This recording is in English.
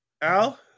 Al